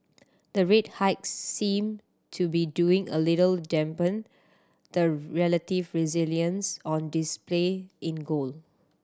the rate hikes seem to be doing a little dampen the relative resilience on display in gold